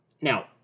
Now